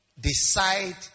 decide